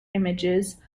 images